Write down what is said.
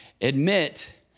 Admit